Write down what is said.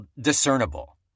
discernible